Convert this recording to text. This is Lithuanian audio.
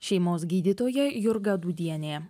šeimos gydytoja jurga dūdienė